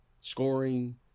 scoring